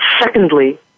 Secondly